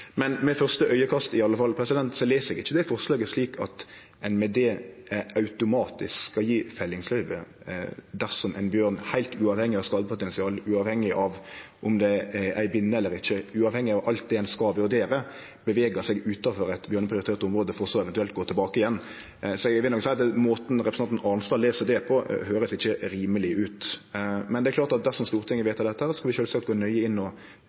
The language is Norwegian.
slik at ein med det automatisk skal gje fellingsløyve dersom ein bjørn, heilt uavhengig av skadepotensial, uavhengig av om det er ei binne eller ikkje, uavhengig av alt det ein skal vurdere, beveger seg utanfor eit bjørneprioritert område for så eventuelt å gå tilbake igjen. Så eg vil nok seie at måten representanten Arnstad les det på, høyrest ikkje rimeleg ut. Men det er klart at dersom Stortinget vedtek dette, skal vi sjølvsagt gå nøye inn og